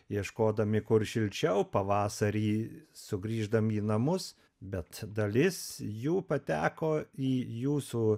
ieškodami kur šilčiau pavasarį sugrįždami į namus bet dalis jų pateko į jūsų